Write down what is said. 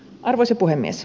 arvoisa puhemies